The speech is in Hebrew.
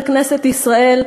בכנסת ישראל,